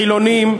חילונים,